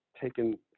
taken